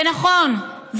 ונכון,